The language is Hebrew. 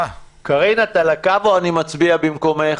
קארין, את על הקו או שאני מצביע במקומך?